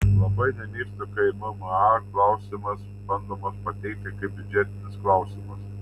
labai nemėgstu kai mma klausimas bandomas pateikti kaip biudžetinis klausimas